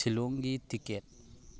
ꯁꯤꯜꯂꯣꯡꯒꯤ ticket